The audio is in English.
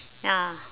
ya